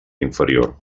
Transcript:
inferior